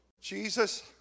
Jesus